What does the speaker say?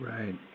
Right